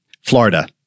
florida